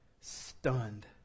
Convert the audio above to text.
Stunned